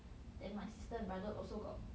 then my sister and brother also got